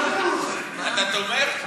אתה תומך?